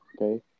okay